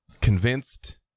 convinced